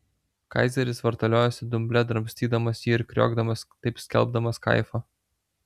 kaizeris vartaliojosi dumble drabstydamas jį ir kriokdamas taip skelbdamas kaifą